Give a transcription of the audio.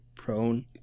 Prone